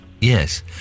yes